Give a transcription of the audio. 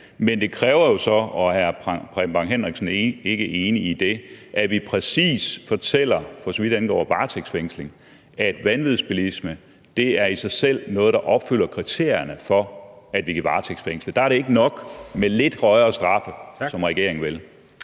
Men det kræver jo så – og er hr. Preben Bang Henriksen ikke enig i det? – at vi præcis fortæller, for så vidt angår varetægtsfængsling, at vanvidsbilisme i sig selv er noget, der opfylder kriterierne for, at vi kan varetægtsfængsle. Der er det ikke nok med lidt højere straffe, som regeringen vil.